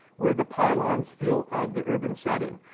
where the pylons feel of the urban setting.